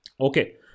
Okay